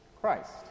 Christ